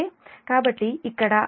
కాబట్టి ఇక్కడ Ib j 0